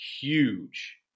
huge